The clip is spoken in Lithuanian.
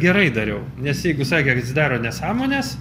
gerai dariau nes jeigu sakė kad jis daro nesąmones